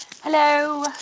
Hello